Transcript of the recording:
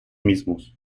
mismos